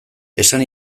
esan